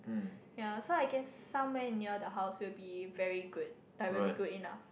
yea so I guess somewhere near the house will be very good like will be good enough